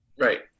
Right